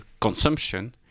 consumption